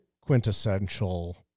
quintessential